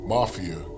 Mafia